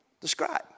describe